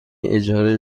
اجاره